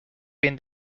been